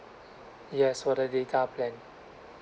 yes for the data plan